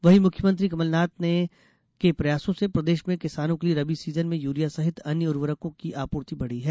वहीं मुख्यमंत्री कमलनाथ ने के प्रयासों से प्रदेश में किसानों के लिये रबी सीजन में यूरिया सहित अन्य उर्वरकों की आपूर्ति बढ़ी है